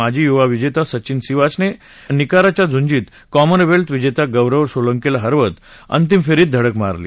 माजी युवा विजेता सचीन सीवाच ने निक्राहाच्या झुंजीत कॉमन वेल्थ विजेता गौरव सोलंकीला हरवत अंतिम फेरीत धडक मारली